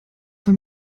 wenn